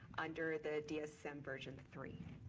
under the dsm version three.